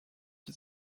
qui